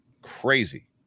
crazy